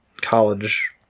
college